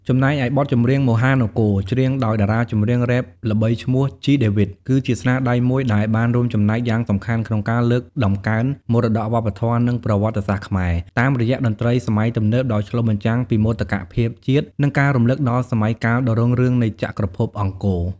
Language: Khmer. ចំណែកឯ បទចម្រៀង "មហានគរ" ច្រៀងដោយតារាចម្រៀងរ៉េបល្បីឈ្មោះ ជី ដេវីត គឺជាស្នាដៃមួយដែលបានរួមចំណែកយ៉ាងសំខាន់ក្នុងការលើកតម្កើងមរតកវប្បធម៌ និងប្រវត្តិសាស្ត្រខ្មែរ តាមរយៈតន្ត្រីសម័យទំនើបដោយឆ្លុះបញ្ចាំងពីមោទកភាពជាតិ និងការរំឭកដល់សម័យកាលដ៏រុងរឿងនៃចក្រភពអង្គរ។